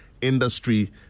Industry